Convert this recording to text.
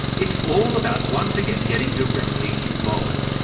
it's all about once again getting directly involved.